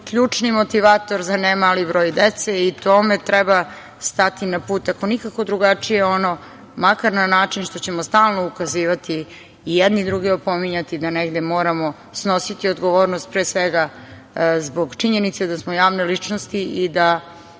ključni motivator za nemali broj dece i tome treba stati na put, ako nikako drugačije, ono makar na način što ćemo stalno ukazivati i jedni druge opominjati da negde moramo snositi odgovornost, pre svega zbog činjenice da smo javne ličnosti i da